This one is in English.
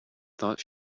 thought